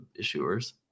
issuers